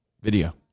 video